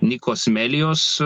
nikos melios